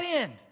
end